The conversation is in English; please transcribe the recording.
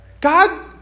God